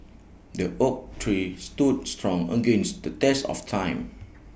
the oak tree stood strong against the test of time